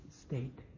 state